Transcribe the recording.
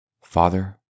Father